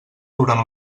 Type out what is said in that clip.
durant